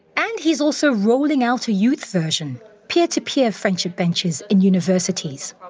and he is also rolling out a youth version, peer-to-peer friendship benches in universities.